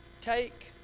take